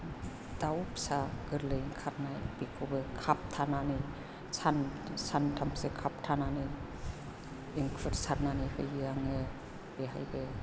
दाउ फिसा गोरलै ओंखारनाय बेखौबो खाबथानानै सानथामसो खाबथानानै एंखुर सारनानै होयो आङो बेवहायबो